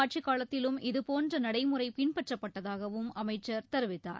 ஆட்சிக் காலத்திலும் இதுபோன்ற நடைமுறை பின்பற்றப்பட்டதாகவும் அமைச்சர் திமுக தெரிவித்தார்